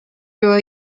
through